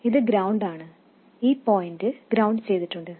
ഇത് ഗ്രൌണ്ട് ആണ് ഈ പോയിന്റ് ഗ്രൌണ്ട് ചെയ്തിട്ടുണ്ട്